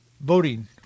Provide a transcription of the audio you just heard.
voting